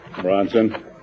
Bronson